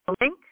link